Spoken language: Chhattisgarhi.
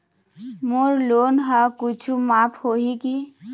मोर लोन हा कुछू माफ होही की?